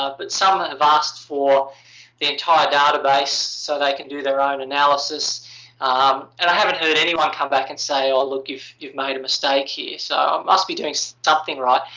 ah but some have asked for the entire database so they can do their own analysis and i haven't heard anyone come back and say, ah look, you've you've made a mistake here. so, i must be doing something right.